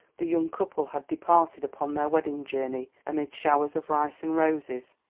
the young couple had departed upon their wedding journey amid showers of rice and roses,